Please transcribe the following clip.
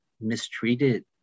mistreated